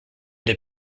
des